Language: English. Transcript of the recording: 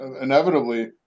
inevitably